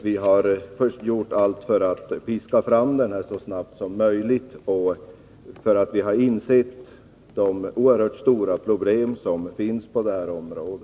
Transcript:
Vi har gjort allt för att piska fram den så snabbt som möjligt, eftersom vi har insett de oerhört stora problem som finns på detta område.